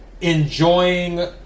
enjoying